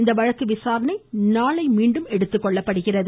இந்த வழக்கு விசாரணை நாளை மீண்டும் எடுத்துக்கொள்ளப்படுகிறது